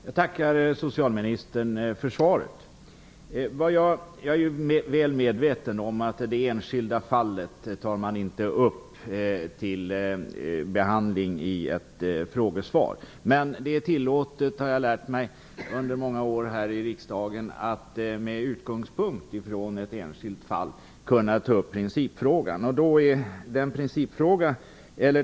Fru talman! Jag tackar socialministern för svaret. Jag är väl medveten om att man inte skall ta upp enskilda fall till behandling i ett frågesvar. Men jag har efter många år här i riksdagen lärt mig att det är tillåtet att med utgångspunkt från ett enskilt fall ta upp principfrågan.